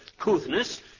couthness